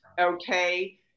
okay